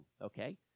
okay